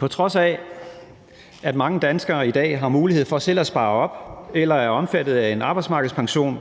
på trods af at mange danskere i dag har mulighed for selv at spare op eller er omfattet af en arbejdsmarkedspension,